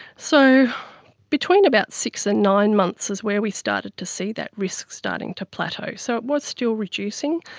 so between about six and nine months is where we started to see that risk starting to plateau. so it was still reducing,